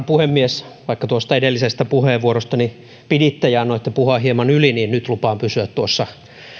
puhemies vaikka edellisestä puheenvuorostani piditte ja annoitte puhua hieman yli nyt lupaan pysyä tuossa